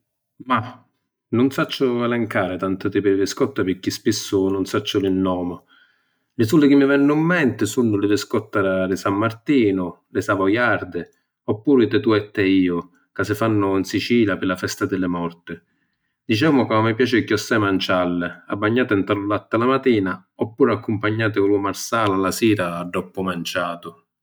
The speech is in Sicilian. Mah… Nun sacciu elencari tanti tipi di viscotta pirchì spissu nun sacciu li nomi. Li suli chi mi vennu ‘n menti sunnu li viscotta di San Martinu, li savoiardi oppuru i tetù e tèiu ca si fannu ‘n Sicilia pi la festa di li morti. Dicemu ca mi piaci cchiòssai mancialli, abbagnati nta lu latti la matina, oppuru accumpagnati cu lu Marsala la sira doppu manciatu.